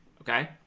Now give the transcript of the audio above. okay